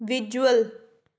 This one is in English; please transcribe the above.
visual